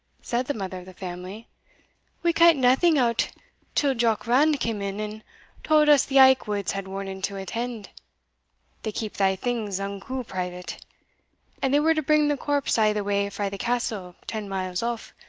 said the mother of the family we kent naething o't till jock rand cam in, and tauld us the aikwoods had warning to attend they keep thae things unco private and they were to bring the corpse a' the way frae the castle, ten miles off,